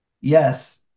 Yes